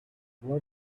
what